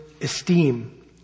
esteem